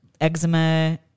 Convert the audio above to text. eczema